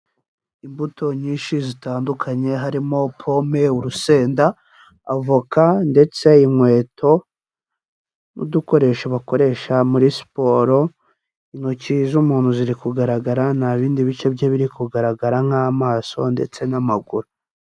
Imbuto nyinshi zitandukanye, harimo pome, urusenda, avoka ndetse inkweto n'udukoresho bakoresha muri siporo, intoki z'umuntu ziri kugaragara nta bindi bice bye biri kugaragara nk'amaso ndetse n'amaguru.